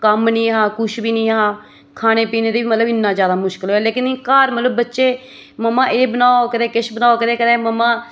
कम्म निं हा कुछ बी निं हा खाने पीने दी मतलब इन्ना जादा मुश्कल होएया लेकिन घर मतलब बच्चे मम्मा एह् बनाओ कदें किश बनाओ कदें कदें मम्मा